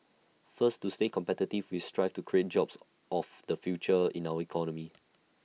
first to stay competitive we strive to create jobs of the future in our economy